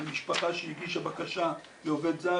משפחה שהגישה בקשה לעובד זר,